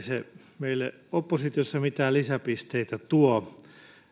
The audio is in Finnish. se meille oppositiossa mitään lisäpisteitä tuo